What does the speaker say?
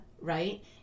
right